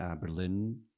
Berlin